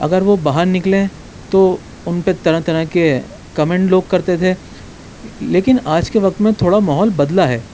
اگر وہ باہر نکلیں تو ان پہ طرح طرح کے کمینٹ لوگ کرتے تھے لیکن آج کے وقت میں تھوڑا ماحول بدلا ہے